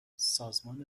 سازمان